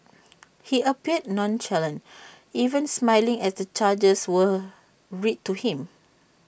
he appeared nonchalant even smiling as the charges were read to him